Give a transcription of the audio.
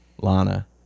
Lana